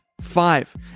five